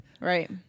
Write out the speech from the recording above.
right